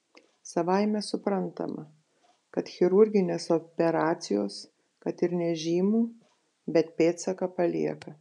savaime suprantama kad chirurginės operacijos kad ir nežymų bet pėdsaką palieka